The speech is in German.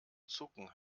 zucken